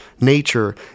nature